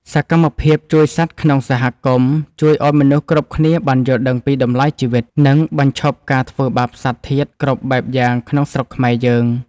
សកម្មភាពជួយសត្វក្នុងសហគមន៍ជួយឱ្យមនុស្សគ្រប់គ្នាបានយល់ដឹងពីតម្លៃជីវិត និង បញ្ឈប់ការធ្វើបាបសត្វធាតុគ្រប់បែបយ៉ាងក្នុងស្រុកខ្មែរយើង។